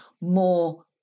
more